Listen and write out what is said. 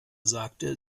sagte